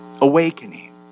Awakening